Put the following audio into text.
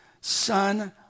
son